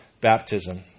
baptism